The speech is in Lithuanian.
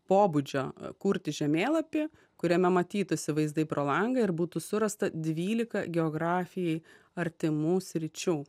pobūdžio kurti žemėlapį kuriame matytųsi vaizdai pro langą ir būtų surasta dvylika geografijai artimų sričių